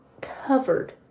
covered